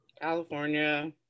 California